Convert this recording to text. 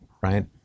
right